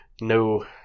No